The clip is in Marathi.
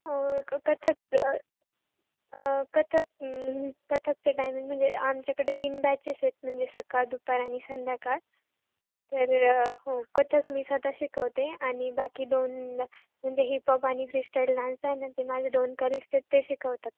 क कथक कथक कथकचं टायमिंग म्हणजे आमच्याकडे तीन बॅचेस आहेत म्हणजे सकाळ दुपार आणि संध्याकाळ तर हो कथक मी स्वत शिकवते आणि बाकी दोन म्हणजे हिपॉप आणि फ्री स्टाईल डान्स आहेत ना ते माझे दोन कलिग आहेत ना ते शिकवतात